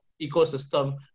ecosystem